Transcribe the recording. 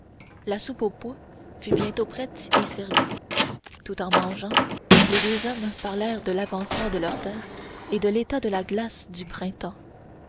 la soupe aux pois fut bientôt prête et servie tout en mangeant les deux hommes parlèrent de l'avancement de leurs terres et de l'état de la glace du printemps